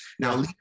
Now